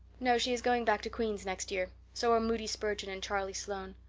no, she is going back to queen's next year. so are moody spurgeon and charlie sloane.